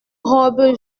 robe